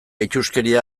itsuskeria